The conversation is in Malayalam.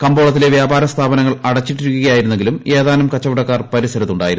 കമ്പോളത്തിലെ വ്യാപാരസ്ഥാപനങ്ങൾ അടച്ചിട്ടിരിക്കുകയായിരുന്നെങ്കിലും ഏതാനും കച്ചവടക്കാർ പരിസരത്ത് ഉണ്ടായിരുന്നു